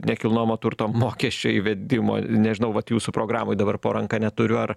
nekilnojamo turto mokesčio įvedimo nežinau vat jūsų programoj dabar po ranka neturiu ar